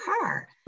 car